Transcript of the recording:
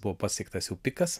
buvo pasiektas jau pikas